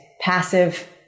passive